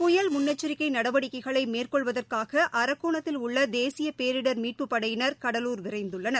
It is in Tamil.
புயல் முன்னெச்சிக்கை நடவடிக்கைகளை மேற்கொள்வதற்காக அரக்கோணத்தில் உள்ள தேசிய பேரிடர் மீட்புப் படையினர் கடலூர் விரைந்துள்ளனர்